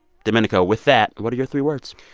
domenico, with that, what are your three words?